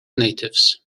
natives